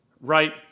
right